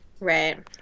Right